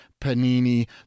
Panini